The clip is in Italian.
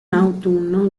autunno